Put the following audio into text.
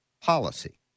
policy